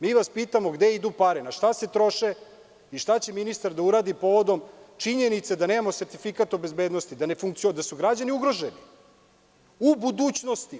Mi vas pitamo – gde idu pare, na šta se troše i šta će ministar da uradi povodom činjenice da nemamo sertifikat o bezbednosti, da su građani ugroženi u budućnosti?